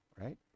right